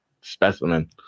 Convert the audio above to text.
specimen